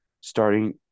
starting